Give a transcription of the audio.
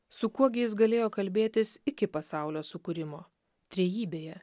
su kuo gi jis galėjo kalbėtis iki pasaulio sukūrimo trejybėje